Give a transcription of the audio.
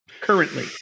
currently